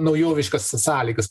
naujoviškas sąlygas